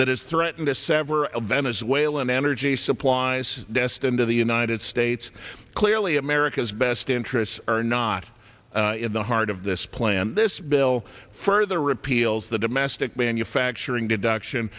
that is threaten to sever venezuelan energy supplies destined to the united states clearly america's best interests are not in the heart of this plan this bill further repeals the domestic manufacturing deduction